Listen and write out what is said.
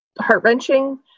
heart-wrenching